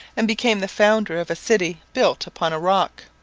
and became the founder of a city built upon a rock.